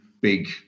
big